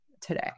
today